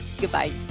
goodbye